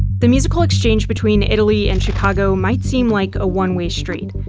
the musical exchange between italy and chicago might seem like a one way street.